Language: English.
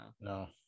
No